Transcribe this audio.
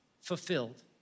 fulfilled